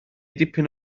dipyn